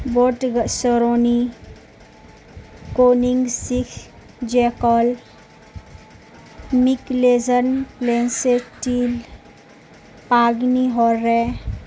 boat سرنی کووننگ سی جیکل مکلیزن لینسٹیل پگنیحور ر